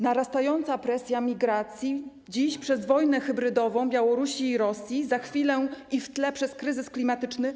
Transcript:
Narastająca presja migracji dziś - przez wojnę hybrydową Białorusi i Rosji, a za chwilę, i w tle, przez kryzys klimatyczny.